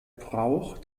brauch